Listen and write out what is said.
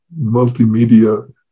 multimedia